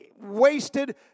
wasted